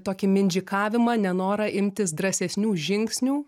tokį mindžikavimą nenorą imtis drąsesnių žingsnių